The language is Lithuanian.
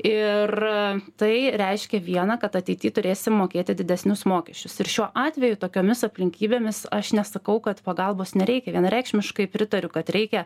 ir tai reiškia viena kad ateity turėsim mokėti didesnius mokesčius ir šiuo atveju tokiomis aplinkybėmis aš nesakau kad pagalbos nereikia vienareikšmiškai pritariu kad reikia